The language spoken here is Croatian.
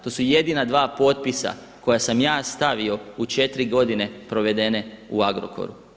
T o su jedina dva potpisa koja sam ja stavio u 4 godine provedene u Agrokoru.